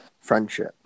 friendship